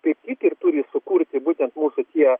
kaip tik ir turi sukurti būtent mūsų tie